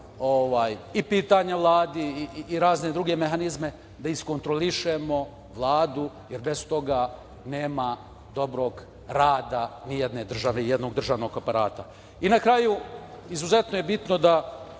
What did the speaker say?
i pitanja Vladi i razne druge mehanizme da iskontrolišemo Vladu, jer bez toga nema dobrog rada ni jedne države, ni jednog državnog aparata. Na kraju, izuzetno je bitno da